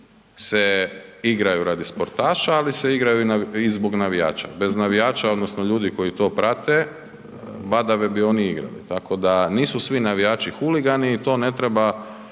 se igraju radi sportaša, ali se igraju i zbog navijača. Bez navijača, odnosno ljudi koji to prate, badava bi oni igrali. Tako da, nisu svi navijači huligani i to ne treba,